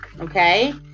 okay